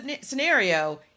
scenario